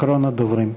אחרון הדוברים.